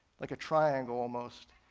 like a triangle almost.